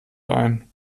ein